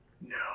No